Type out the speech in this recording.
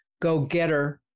go-getter